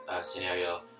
scenario